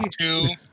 Two